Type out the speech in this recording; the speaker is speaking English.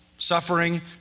suffering